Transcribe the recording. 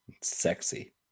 sexy